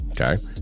okay